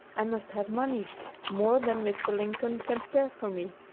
i must have money more than mr. lincoln can spare for me.